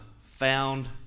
found